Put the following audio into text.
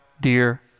dear